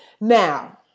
Now